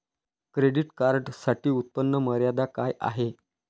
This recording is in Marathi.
क्रेडिट कार्डसाठी उत्त्पन्न मर्यादा काय आहे?